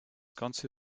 ganze